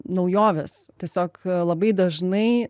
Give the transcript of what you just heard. naujovės tiesiog labai dažnai